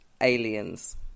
Aliens